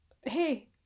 hey